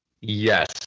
Yes